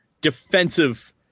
defensive